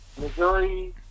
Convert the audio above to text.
Missouri